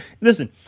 listen